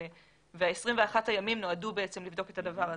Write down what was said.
וה-21 ימים נועדו לבדוק את הדבר הזה.